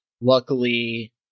luckily